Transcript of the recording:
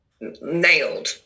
nailed